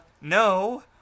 no